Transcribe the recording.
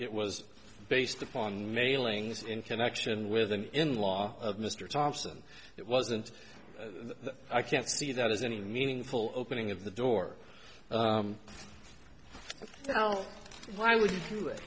it was based upon mailings in connection with an in law of mr thompson it wasn't i can't see that as any meaningful opening of the door now why would you